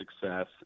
success